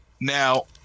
Now